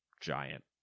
giant